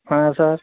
हाँ सर